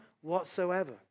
whatsoever